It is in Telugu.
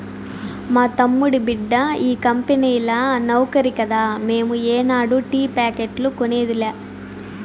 మా తమ్ముడి బిడ్డ ఈ కంపెనీల నౌకరి కదా మేము ఏనాడు టీ ప్యాకెట్లు కొనేదిలా